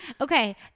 okay